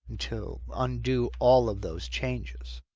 to undo all of those changes.